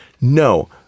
No